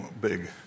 big